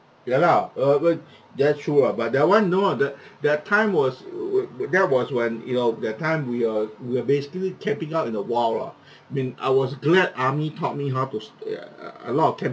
ya lah uh but that's true lah but that one no uh the that time was were were were that was when you know that time we err we were basically camping out in the wild lah I mean I was glad army taught me how to ya uh a lot of camping